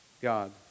God